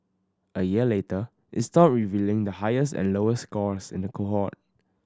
a year later is stopped revealing the highest and lowest scores in the cohort